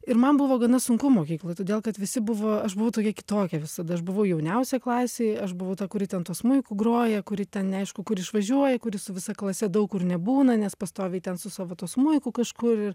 ir man buvo gana sunku mokykloj todėl kad visi buvo aš buvau tokia kitokia visada aš buvau jauniausia klasėj aš buvau ta kuri ten tuo smuiku groja kuri ten neaišku kur išvažiuoja kuri su visa klase daug kur nebūna nes pastoviai ten su savo tuo smuiku kažkur ir